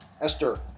Esther